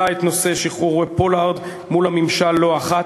את נושא שחרורו את פולארד מול הממשל לא אחת.